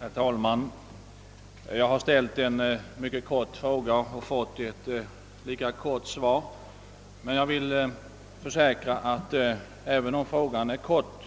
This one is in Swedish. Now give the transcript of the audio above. Herr talman! Jag tackar jordbruksministern för svaret. Jag har ställt en mycket kort fråga och fått ett lika kort svar, men jag kan försäkra att även om frågan är kort